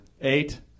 Eight